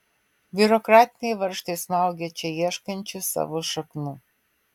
biurokratiniai varžtai smaugia čia ieškančius savo šaknų